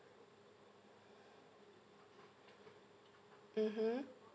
mmhmm